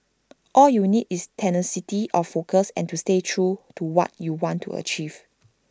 all you need is tenacity of focus and to stay true to what you want to achieve